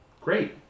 Great